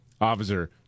Officer